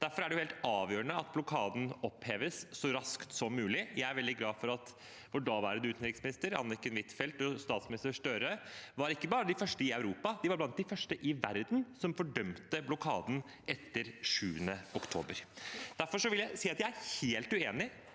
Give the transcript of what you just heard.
Derfor er det helt avgjørende at blokaden oppheves så raskt som mulig. Jeg er veldig glad for at daværende utenriksminister Anniken Huitfeldt og statsminister Støre ikke bare var de første i Europa, men blant de første i verden som fordømte blokaden etter 7. oktober. Derfor vil jeg si at jeg er helt uenig